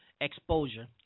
exposure